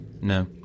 No